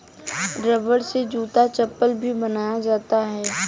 रबड़ से जूता चप्पल भी बनाया जाता है